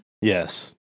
Yes